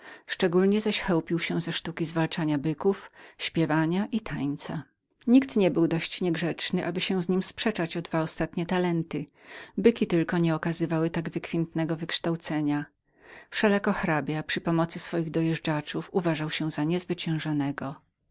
szczególniej zaś chełpił się ze sztuki zwalczania byków śpiewania i tańca nikt nie był dość niegrzecznym aby się z nim sprzeczał o dwa ostatnie przymioty byki tylko nie okazywały tak wykwintnego wykształcenia wszelako hrabia przy pomocy swoich matadorów uważał się za niezwyciężonego powiedziałam ci